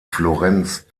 florenz